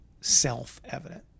self-evident